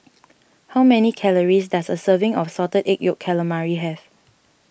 how many calories does a serving of Salted Egg Yolk Calamari have